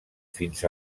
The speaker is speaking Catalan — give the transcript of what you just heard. fins